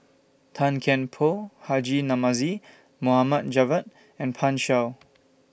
Tan Kian Por Haji Namazie Mohd Javad and Pan Shou